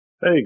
Hey